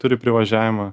turi privažiavimą